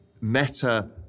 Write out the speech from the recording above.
meta